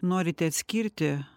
norite atskirti